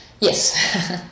Yes